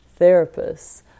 therapists